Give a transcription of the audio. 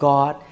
God